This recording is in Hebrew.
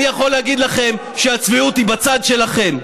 אני יכול להגיד לכם שהצביעות היא בצד שלכם.